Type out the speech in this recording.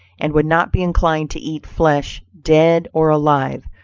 and would not be inclined to eat flesh, dead or alive,